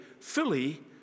fully